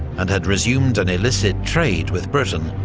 and had resumed an illicit trade with britain,